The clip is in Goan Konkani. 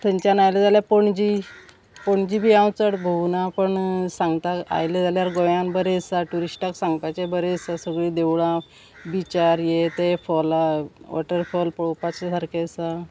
थंयच्यान आयलें जाल्यार पणजी पणजी बी हांव चड भोवना पण सांगता आयलें जाल्यार गोंयान बरें आसा ट्युरिस्टाक सांगपाचें बरें आसा सगळीं देवळां बिचार यें तें फॉला वॉटरफॉल पळोवपाचे सारके आसा